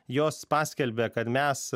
jos paskelbė kad mes